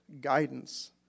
guidance